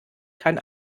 kann